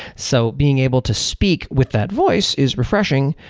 so being able to speak with that voice is refreshing,